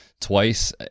twice